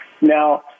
Now